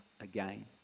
again